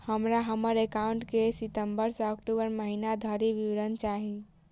हमरा हम्मर एकाउंट केँ सितम्बर सँ अक्टूबर महीना धरि विवरण चाहि?